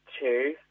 two